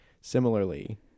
Similarly